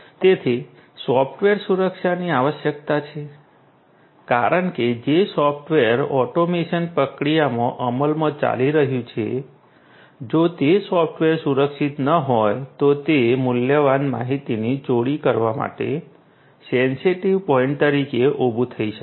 તેથી સૉફ્ટવેર સુરક્ષાની આવશ્યકતા છે કારણ કે જે સૉફ્ટવેર ઑટોમેશન પ્રક્રિયામાં અમલમાં ચાલી રહ્યું છે જો તે સૉફ્ટવેર સુરક્ષિત ન હોય તો તે મૂલ્યવાન માહિતીની ચોરી કરવા માટે સેન્સિટિવ પોઇન્ટ તરીકે ઊભું થઈ શકે છે